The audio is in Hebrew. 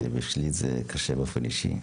ועבורי זה קשה באופן אישי.